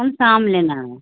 کون سا آم لینا ہے